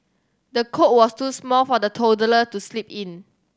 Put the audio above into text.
the cot was too small for the toddler to sleep in